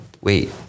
Wait